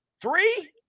three